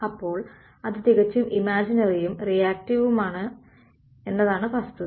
അപ്പോൾ അത് തികച്ചും ഇമാജിനറിയും റിയാക്റ്റീവുമാണ് എന്നതാണ് വസ്തുത